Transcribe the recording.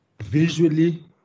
visually